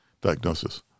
diagnosis